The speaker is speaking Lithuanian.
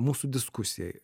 mūsų diskusijai